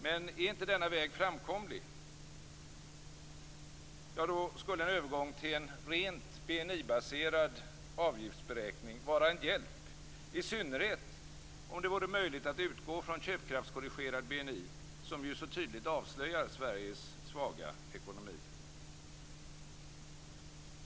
Men är inte denna väg framkomlig, skulle en övergång till en rent BNI-baserad avgiftsberäkning vara en hjälp, i synnerhet om det vore möjligt att utgå från köpkraftskorrigerad BNI, som ju så tydligt avslöjar Sveriges svaga ekonomi.